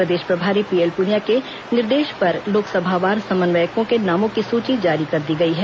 प्रदेश प्रभारी पीएल पुनिया के निर्देश पर लोकसभावार समन्वयकों के नामों की सूची जारी की गई है